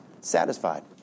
satisfied